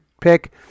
pick